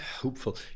Hopeful